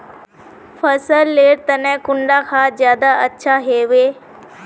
फसल लेर तने कुंडा खाद ज्यादा अच्छा हेवै?